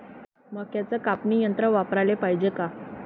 मक्क्याचं कापनी यंत्र वापराले पायजे का?